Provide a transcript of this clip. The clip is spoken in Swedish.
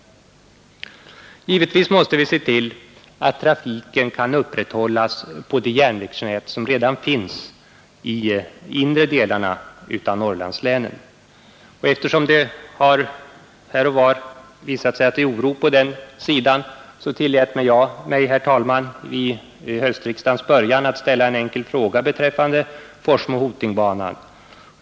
Givetvis måste vi se till att trafiken kan upprätthållas på det järnvägsnät som redan finns i inre delarna av Norrlandslänen, och eftersom det här och var visat sig att det är oro på den sidan tillät jag mig, herr talman, att vid höstriksdagens början ställa en enkel fråga beträffande Forsmo-—Hoting-banan.